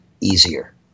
easier